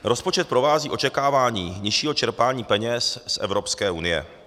Rozpočet provází očekávání nižšího čerpání peněz z Evropské unie.